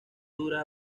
dura